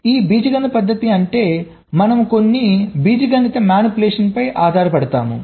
ఈ బీజగణిత పద్ధతి అంటే మనం కొన్ని బీజగణిత మానిప్యులేషన్ పై ఆధారపడతాము